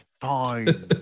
Fine